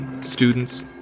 students